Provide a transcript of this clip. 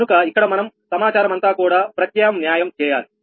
కనుక ఇక్కడ మనం సమాచారం అంతా కూడా ప్రత్యామ్న్యాయం చేయాలి